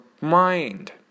mind